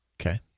Okay